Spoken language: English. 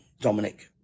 Dominic